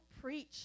preach